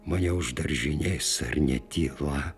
mane už daržinės ar net tyla